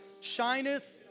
shineth